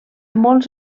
molts